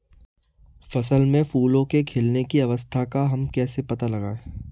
फसल में फूलों के खिलने की अवस्था का हम कैसे पता लगाएं?